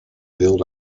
build